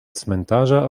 cmentarza